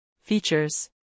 Features